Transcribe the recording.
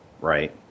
Right